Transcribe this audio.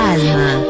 Alma